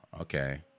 okay